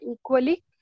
equally